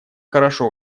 хорошо